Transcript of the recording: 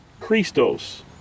Christos